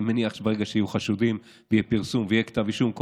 אני מניח שברגע שיהיו חשודים יהיה פרסום ויהיה כתב אישום,